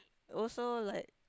also like